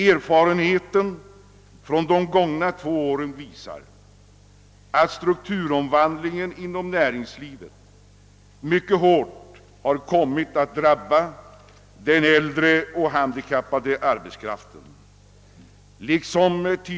Erfarenheten från de gångna två åren visar att strukturomvandlingen inom näringslivet har kommit att mycket hårt drabba den äldre och den handikappade arbetskraften.